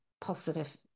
positive